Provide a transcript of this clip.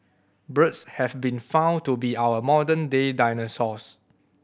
birds have been found to be our modern day dinosaurs